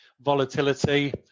volatility